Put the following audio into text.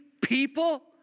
people